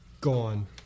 Gone